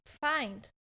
find